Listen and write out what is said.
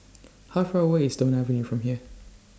How Far away IS Stone Avenue from here